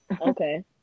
Okay